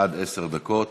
עד עשר דקות.